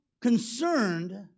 concerned